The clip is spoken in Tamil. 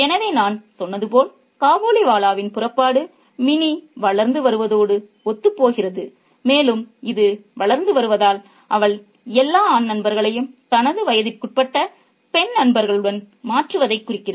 எனவே நான் சொன்னது போல் காபூலிவாலாவின் புறப்பாடு மினி வளர்ந்து வருவதோடு ஒத்துப்போகிறது மேலும் இது வளர்ந்து வருவதால் அவள் எல்லா ஆண் நண்பர்களையும் தனது வயதிற்குட்பட்ட பெண் நண்பர்களுடன் மாற்றுவதைக் குறிக்கிறது